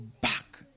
back